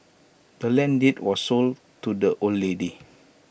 the land's deed was sold to the old lady